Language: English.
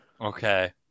Okay